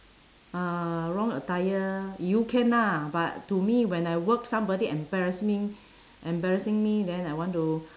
uh wrong attire you can lah but to me when I work somebody embarrassing embarrassing me then I want to